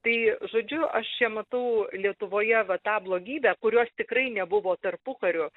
tai žodžiu aš čia matau lietuvoje va tą blogybę kurios tikrai nebuvo tarpukariu